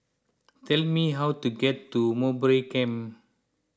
tell me how to get to Mowbray Camp